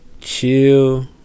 chill